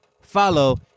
follow